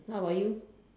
how about you